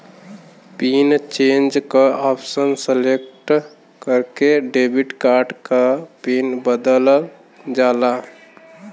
pin change क option select करके debit card क पिन बदलल जाला